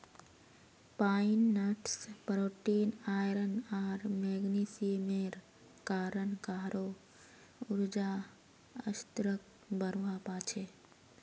pine nuts protein, iron आर मैग्नीशियमेर कारण काहरो ऊर्जा स्तरक बढ़वा पा छे